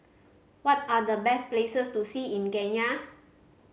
what are the best places to see in Kenya